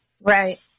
Right